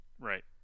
Right